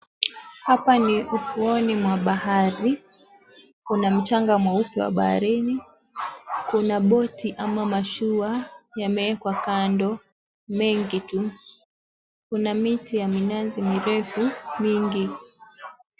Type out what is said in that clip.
Hapa ni ufuoni mwa bahari. Kuna mchanga mweupe wa baharini, kuna boti ama mashua yameekwa kando mengi tu. Kuna miti ya minazi mirefu mingi.